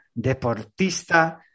deportista